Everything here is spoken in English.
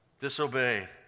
Disobeyed